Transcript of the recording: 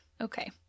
okay